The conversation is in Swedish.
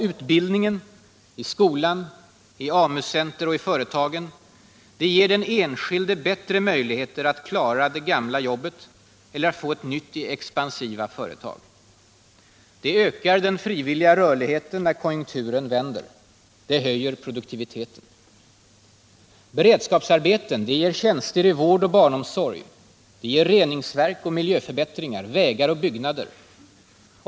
Utbildning — i skolan, i AMU-center och i företagen — det ger den enskilde bättre möjligheter att klara det gamla jobbet eller att få ett nytt i expansiva företag. Det ökar den frivilliga rörligheten när konjunkturen vänder. Det höjer produktiviteten. Beredskapsarbeten — det ger tjänster i vård och barnomsorg. Det ger reningsverk och miljöförbättringar, vägar och byggnader.